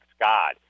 God